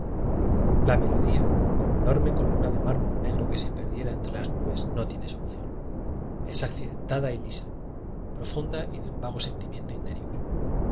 la melodía como enorme columna de mármol negro que se perdiera entre las nubes no tiene solución es accidentada y lisa profunda y de un vago sentimiento interior